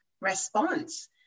response